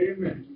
Amen